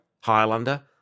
Highlander